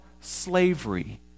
slavery